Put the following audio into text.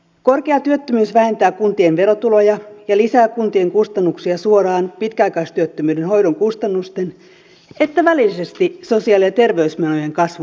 korkea työttömyys vähentää kuntien verotuloja ja lisää kuntien kustannuksia suoraan pitkäaikaistyöttömyyden hoidon kustannusten sekä välillisesti sosiaali ja terveysmenojen kasvun kautta